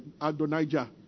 Adonijah